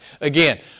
Again